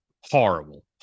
horrible